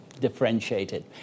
differentiated